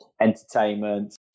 entertainment